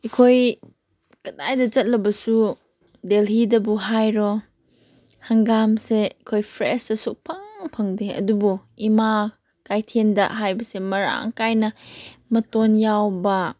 ꯑꯩꯈꯣꯏ ꯀꯗꯥꯏꯗ ꯆꯠꯂꯕꯁꯨ ꯗꯦꯂꯤꯗꯕꯨ ꯍꯥꯏꯔꯣ ꯍꯪꯒꯥꯝꯁꯦ ꯑꯩꯈꯣꯏ ꯐ꯭ꯔꯦꯁꯇ ꯁꯨꯡꯐꯪ ꯐꯪꯗꯦ ꯑꯗꯨꯕꯨ ꯏꯃꯥ ꯀꯩꯊꯦꯜꯗ ꯍꯥꯏꯕꯁꯦ ꯃꯔꯥꯡ ꯀꯥꯏꯅ ꯃꯇꯣꯟ ꯌꯥꯎꯕ